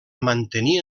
mantenir